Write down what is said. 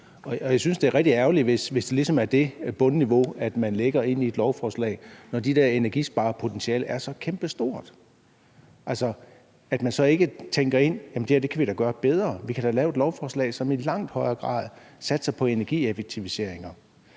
Og jeg synes, det er rigtig ærgerligt, hvis det ligesom er det bundniveau, man lægger ind i et lovforslag, når det her energisparepotentiale er så kæmpestort, og man så ikke tænker, at det her kan vi da gøre bedre; vi kan da lave et lovforslag, som i langt højere grad satser på energieffektiviseringer.